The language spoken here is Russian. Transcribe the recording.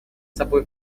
собой